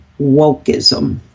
wokeism